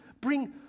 bring